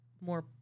more